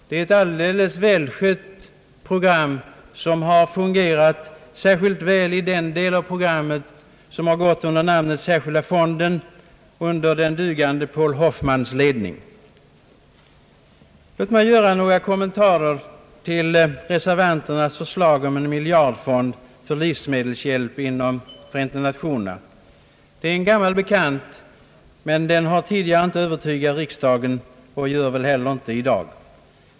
Det är ett välskött program, som har fungerat särskilt väl i den del av programmet som gått under namnet Särskilda fonden under den dugande Paul Hoffmans ledning. Låt mig göra några kommentarer till reservanternas förslag om en miljardfond för livsmedelshjälp inom Förenta Nationerna. Det är en gammal bekant, men den har tidigare inte övertygat riksdagen och gör det väl inte heller i dag.